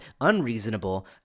unreasonable